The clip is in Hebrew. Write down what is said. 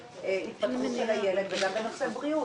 בהתפתחות של הילד וגם בנושא בריאות,